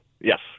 yes